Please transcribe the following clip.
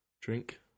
drink